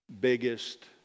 biggest